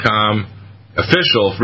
official